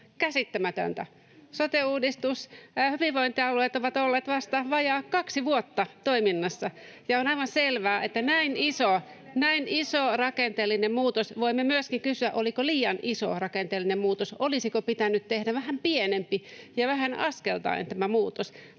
käsittämätöntä. Hyvinvointialueet ovat olleet vasta vajaat kaksi vuotta toiminnassa, ja on aivan selvää, että näin iso rakenteellinen muutos... Voimme myöskin kysyä, oliko liian iso rakenteellinen muutos, olisiko pitänyt tehdä vähän pienempi ja vähän askeltaen tämä muutos.